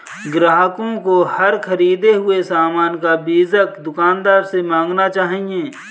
ग्राहकों को हर ख़रीदे हुए सामान का बीजक दुकानदार से मांगना चाहिए